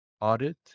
audit